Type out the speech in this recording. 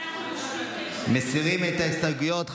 אנחנו מושכים את ההסתייגויות של האופוזיציה.